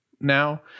now